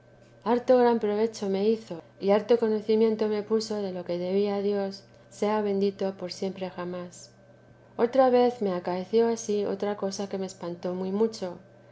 harto gran profccho me hizo y harto conocimiento me puso de lo que debía a dios sea bendito por siempre jamás otra vez me acaeció ansí otra cosa que me espantó muy mucho